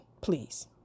please